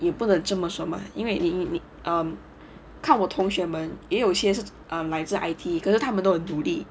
也不能这么说嘛因为你你你 um 看我同学们也有些 um 来自 I_T_E 可是他们都很独立